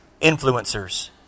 Influencers